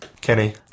Kenny